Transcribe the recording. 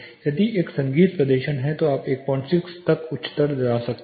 यदि यह एक संगीत प्रदर्शन है तो आप 16 या उच्चतर तक जा सकते हैं